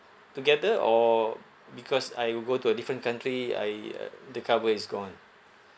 together or because I will go to a different country I uh the cover is gone